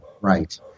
Right